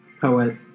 poet